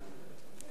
ט'